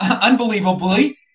unbelievably